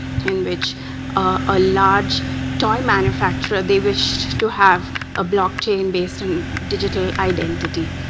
in which a large toy manufacturer, they wished to have a blockchain-based and digital identity.